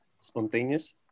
spontaneous